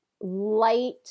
light